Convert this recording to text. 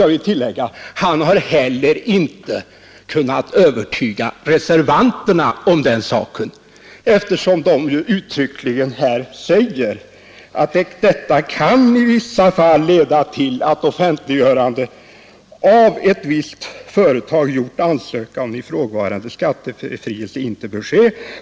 Jag vill tillägga att han inte heller har kunnat övertyga reservanterna om den saken, eftersom de ju uttryckligen här säger: ”Detta kan i vissa fall leda till att offentliggörande av att visst företag gjort ansökan om ifrågavarande skattebefrielse inte bör ske.